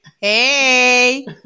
hey